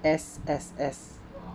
S S S